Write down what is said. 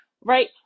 right